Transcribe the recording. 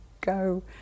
go